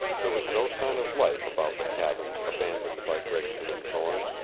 there was no sign of life about the cabin abandoned by gregson and thorne.